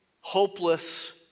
hopeless